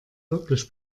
wirklich